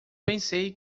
pensei